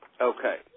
Okay